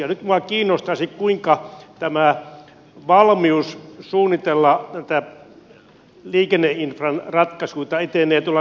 nyt minua kiinnostaisi kuinka tämä valmius suunnitella näitä liikenneinfran ratkaisuita etenee tuolla virkamiesportaassa